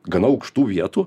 gana aukštų vietų